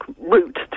route